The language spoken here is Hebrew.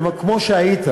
וכמו שהיית